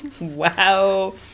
Wow